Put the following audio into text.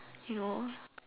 you know